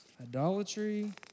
idolatry